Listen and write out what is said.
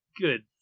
good